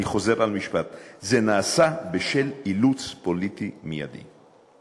אני חוזר על המשפט: "זה נעשה בשל אילוץ פוליטי מיידי".